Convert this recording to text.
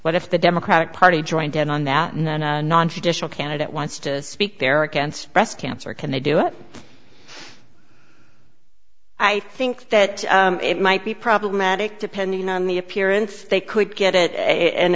what if the democratic party joined in on that and then a nontraditional candidate wants to speak there against breast cancer can they do it i think that it might be problematic depending on the appearance they could get it and